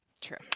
true